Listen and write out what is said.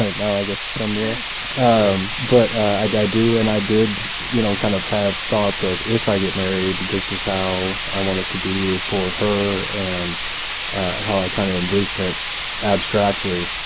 ah now i get somewhere um but i do i do and i did you know kind of have thoughts of if i get married this is how i want it to be for her and how i kind of envision it abstractly